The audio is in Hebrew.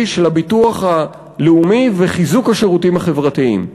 של הביטוח הלאומי ובחיזוק השירותים החברתיים.